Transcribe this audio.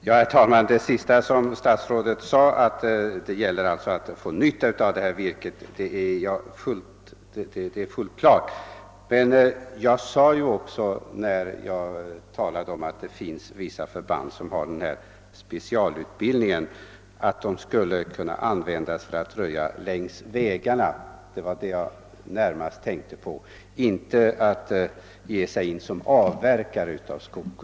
Herr talman! Det är självklart att vi måste se till att virket blir till nytta. När jag talade om att det finns vissa militära förband med specialutbildning framhöll jag att de skulle kunna användas för att röja längs vägarna. Jag tänkte mig inte att de skulle användas i själva avverkningsarbetet, som de inte är utbildade för.